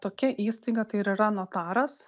tokia įstaiga tai ir yra notaras